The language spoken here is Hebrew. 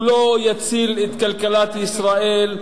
הוא לא יציל את כלכלת ישראל.